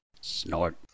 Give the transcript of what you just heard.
Snort